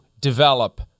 develop